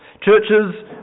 churches